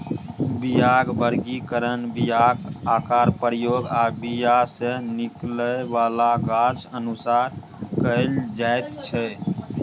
बीयाक बर्गीकरण बीयाक आकार, प्रयोग आ बीया सँ निकलै बला गाछ अनुसार कएल जाइत छै